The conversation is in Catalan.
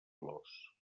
flors